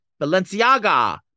Balenciaga